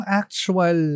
actual